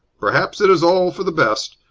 perhaps it is all for the best.